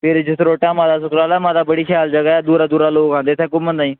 फिर जसरोटा माता सुकराला माता बड़ी शैल जगह ऐ दूरा दूरा लोग आंदे इत्थै घूमन ताईं